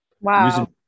Wow